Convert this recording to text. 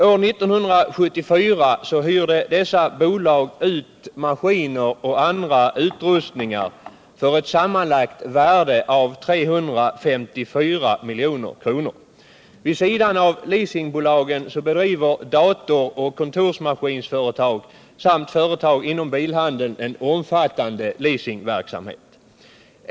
År 1974 hyrde dessa bolag ut maskiner och andra utrustningar för ett sammanlagt värde av 354 milj.kr. Vid sidan av leasingbolagen bedriver datoroch kontorsmaskinföretag samt företag inom bilhandeln en omfattande leasingverksamhet.